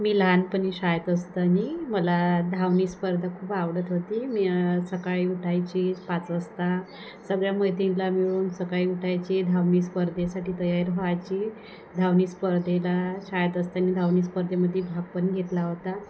मी लहानपणी शाळेत असताना मला धावणे स्पर्धा खूप आवडत होती मी सकाळी उठायचे पाच वाजता सगळ्या मैत्रिणीला मिळून सकाळी उठायचे धावणे स्पर्धेसाठी तयार व्हायचे धावणे स्पर्धेला शाळेत असताना धावणे स्पर्धेमध्ये भाग पण घेतला होता